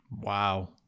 Wow